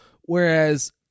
whereas